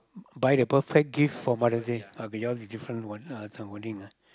buy the perfect gift for Mother's Day uh but yours is different one uh different wording ah